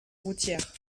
routière